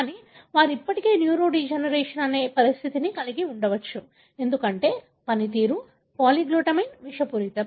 కానీ వారు ఇప్పటికీ న్యూరోడెజెనరేషన్ అనే ఇతర పరిస్థితిని కలిగి ఉండవచ్చు ఎందుకంటే పనితీరు పాలీగ్లుటమైన్ విషపూరితం